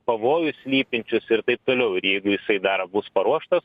pavojus slypinčius ir taip toliau ir jeigu jisai dar bus paruoštas